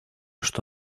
что